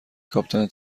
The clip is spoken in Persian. کاپیتان